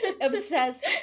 Obsessed